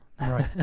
right